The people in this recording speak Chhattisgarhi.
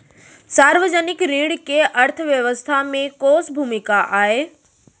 सार्वजनिक ऋण के अर्थव्यवस्था में कोस भूमिका आय?